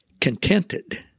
contented